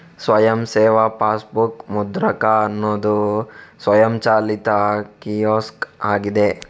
ಸ್ವಯಂ ಸೇವಾ ಪಾಸ್ಬುಕ್ ಮುದ್ರಕ ಅನ್ನುದು ಸ್ವಯಂಚಾಲಿತ ಕಿಯೋಸ್ಕ್ ಆಗಿದೆ